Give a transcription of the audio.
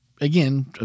again